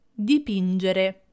dipingere